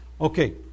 Okay